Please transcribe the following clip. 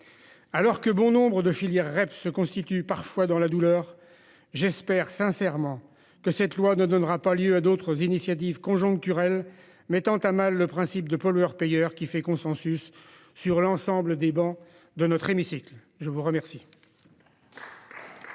Alors que bon nombre de filières REP se constituent parfois dans la douleur, j'espère sincèrement que cette loi ne donnera pas lieu à d'autres initiatives conjoncturelles mettant à mal le principe pollueur-payeur, qui fait consensus sur l'ensemble des travées de notre hémicycle. La parole